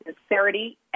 sincerity